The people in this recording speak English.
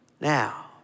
Now